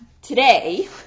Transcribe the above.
today